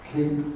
Keep